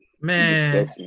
Man